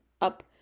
up